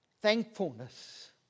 thankfulness